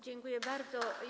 Dziękuję bardzo.